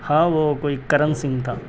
ہاں وہ کوئی کرن سنگھ تھا